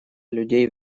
людей